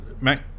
Mac